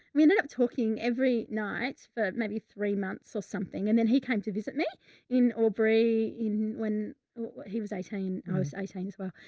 ended up talking every night for maybe three months or something. and then he came to visit me in aubrey in when he was eighteen. i was eighteen as well.